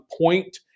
point